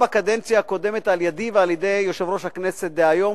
בקדנציה הקודמת על-ידי ועל-ידי יושב-ראש הכנסת דהיום,